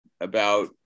about-